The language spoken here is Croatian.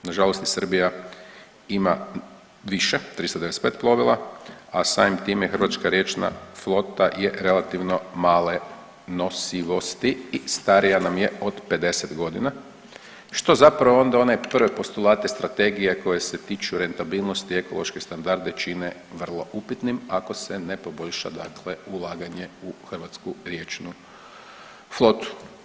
Na žalost i Srbija ima više 395 plovila, a samim tim je hrvatska riječna flota je relativno male nosivosti i starija nam je od 50 godina što zapravo onda one prve postulate strategije koje se tiču rentabilnosti, ekološke standarde čine vrlo upitnim ako se ne poboljša, dakle ulaganje u hrvatsku riječnu flotu.